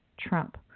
Trump